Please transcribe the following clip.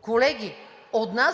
колеги,